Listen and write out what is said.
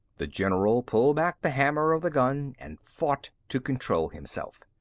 the general pulled back the hammer of the gun and fought to control himself.